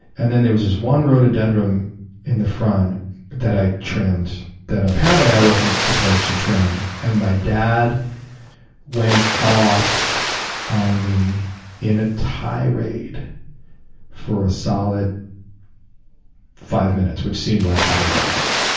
and then there was this one rhododendron in the front that i trimmed that apparently i wasn't supposed to trim. and my dad went off on me in a tirade for a solid five minutes, which seemed like five hours.